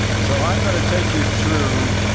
so i'm gonna take you through